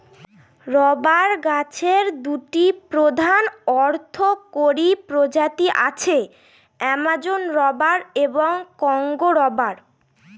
rubber গাছের দুটি প্রধান অর্থকরী প্রজাতি আছে, অ্যামাজন রবার এবং কংগো রবার